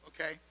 okay